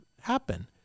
happen